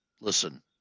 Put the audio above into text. listen